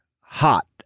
hot